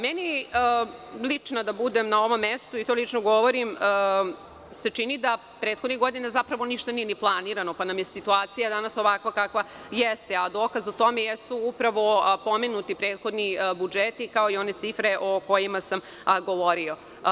Meni, lično da budem na ovom mestu i to lično govorim, se čini da prethodnih godina zapravo ništa nije ni planirano, pa nam je situacija danas ovakva kakva jeste, a dokaz o tome jesu upravo pomenuti prethodni budžeti, kao i one cifre o kojima sam govorio.